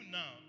now